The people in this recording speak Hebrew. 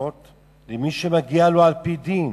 הנחות למי שמגיע לו על-פי דין.